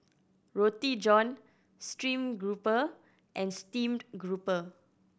Roti John stream grouper and steamed grouper